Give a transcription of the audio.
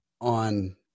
on